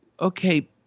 okay